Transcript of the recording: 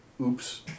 Oops